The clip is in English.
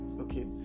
okay